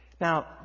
Now